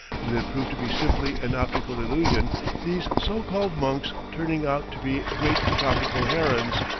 when it proved to be simply an optical illusion these so-called monks turning out to be great tropical herons,